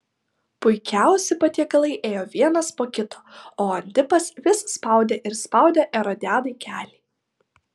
puikiausi patiekalai ėjo vienas po kito o antipas vis spaudė ir spaudė erodiadai kelį